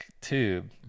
tube